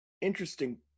interesting